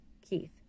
Keith